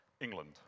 England